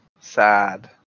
Sad